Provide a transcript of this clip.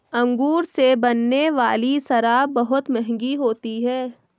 अंगूर से बनने वाली शराब बहुत मँहगी होती है